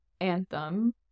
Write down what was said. anthem